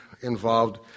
involved